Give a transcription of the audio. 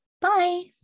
Bye